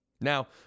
Now